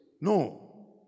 No